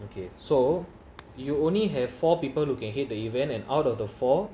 okay so you only have four people looking and head the event and out of the four